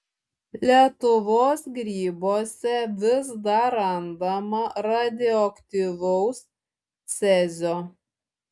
lietuvos grybuose vis dar randama radioaktyvaus cezio